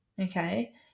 okay